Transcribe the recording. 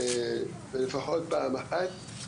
לפחות פעם אחת,